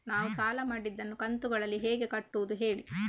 ನಾವು ಸಾಲ ಮಾಡಿದನ್ನು ಕಂತುಗಳಲ್ಲಿ ಹೇಗೆ ಕಟ್ಟುದು ಹೇಳಿ